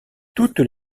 toutes